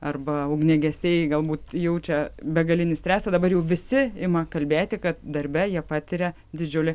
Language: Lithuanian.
arba ugniagesiai galbūt jaučia begalinį stresą dabar jau visi ima kalbėti kad darbe jie patiria didžiulį